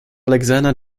alexander